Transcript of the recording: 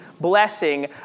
blessing